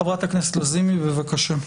חברת הכנסת נעמה לזימי, בבקשה.